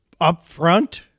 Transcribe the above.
upfront